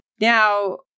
now